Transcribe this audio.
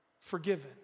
forgiven